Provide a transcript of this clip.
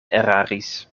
eraris